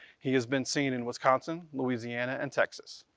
he has been seen in wisconsin, louisiana, and texas.